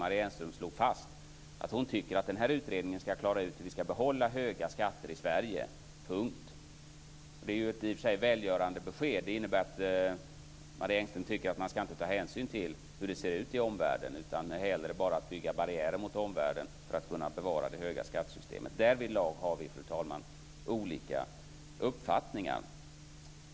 Marie Engström slog fast att hon tycker att den här utredningen ska klara ut att vi ska behålla höga skatter i Sverige, punkt. Det är i och för sig välgörande att få ett besked. Det innebär att Marie Engström tycker att man inte ska ta hänsyn till hur det ser ut i omvärlden, utan att man hellre ska bygga barriärer mot omvärlden för att kunna bevara systemet med de höga skatterna. Därvidlag har vi, fru talman, olika uppfattningar.